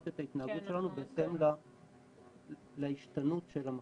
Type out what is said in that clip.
את ההתנהגות שלנו בהתאם להשתנות של המגפה.